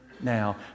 now